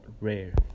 rare